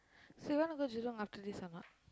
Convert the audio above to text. so you wanna go Jurong after this or not